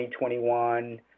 2021